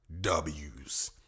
Ws